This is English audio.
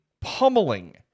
pummeling